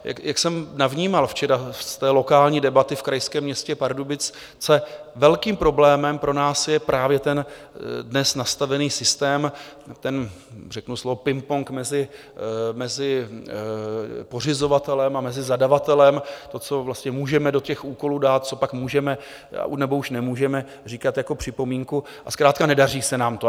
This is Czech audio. A jak jsem navnímal včera z lokální debaty v krajském městě Pardubice, velkým problémem pro nás je právě ten dnes nastavený systém, ten řeknu slovo pingpong mezi pořizovatelem a mezi zadavatelem, to, co vlastně můžeme do těch úkolů dát, co pak můžeme, nebo už nemůžeme říkat jako připomínku, a zkrátka nedaří se nám to.